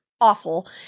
awful